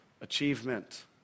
achievement